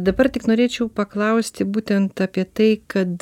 dabar tik norėčiau paklausti būtent apie tai kad